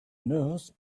nurse